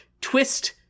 twist